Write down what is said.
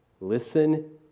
listen